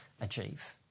achieve